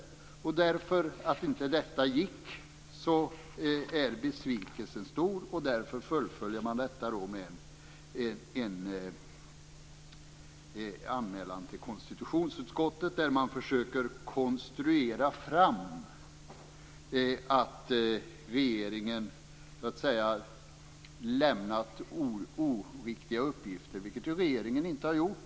Det var därför detta inte gick som besvikelsen är stor, och det är därför som man fullföljer det med en anmälan till konstitutionsutskottet där man försöker att konstruera fram att regeringen lämnat oriktiga uppgifter, vilket regeringen inte har gjort.